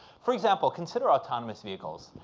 for example, consider autonomous vehicles.